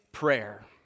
prayer